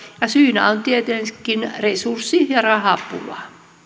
ja syynä on tietenkin resurssi ja rahapula